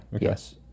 Yes